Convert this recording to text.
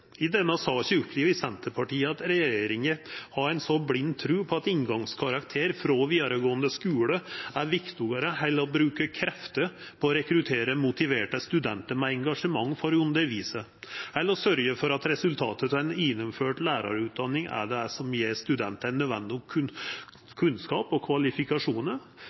I denne saka opplever Senterpartiet at regjeringa har blind tru på at inngangskarakterar frå vidaregåande skule er viktigare enn det å bruka krefter på å rekruttera motiverte studentar med engasjement for å undervisa, eller å sørgja for at resultatet av ei gjennomført lærarutdanning er det som gjev studentane nødvendig kunnskap og kvalifikasjonar.